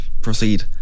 proceed